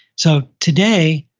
so today,